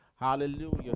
Hallelujah